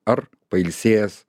ar pailsėjęs